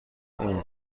اون